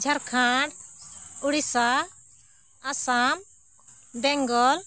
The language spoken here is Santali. ᱡᱷᱟᱨᱠᱷᱟᱸᱰ ᱩᱲᱤᱥᱥᱟ ᱟᱥᱟᱢ ᱵᱮᱝᱜᱚᱞ